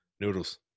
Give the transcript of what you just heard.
Noodles